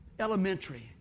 elementary